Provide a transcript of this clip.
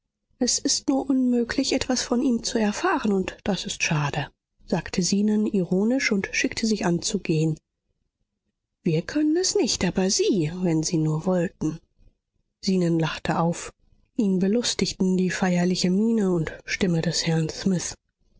es ist nur unmöglich etwas von ihm zu erfahren und das ist schade sagte zenon ironisch und schickte sich an zu gehen wir können es nicht aber sie wenn sie nur wollten zenon lachte auf ihn belustigten die feierliche miene und stimme des mr smith